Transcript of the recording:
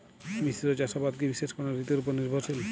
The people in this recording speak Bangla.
মিশ্র চাষাবাদ কি বিশেষ কোনো ঋতুর ওপর নির্ভরশীল?